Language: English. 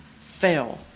Fell